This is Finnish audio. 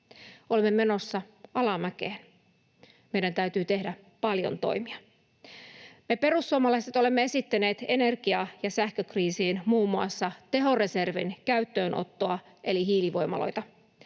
Olemme menossa alamäkeen. Meidän täytyy tehdä paljon toimia. Me perussuomalaiset olemme esittäneet energia- ja sähkökriisiin muun muassa tehoreservin käyttöönottoa eli hiilivoimaloita.